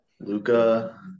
Luca